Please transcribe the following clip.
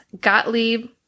Gottlieb